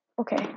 okay